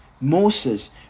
Moses